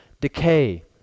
decay